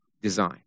design